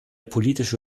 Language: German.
politische